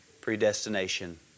predestination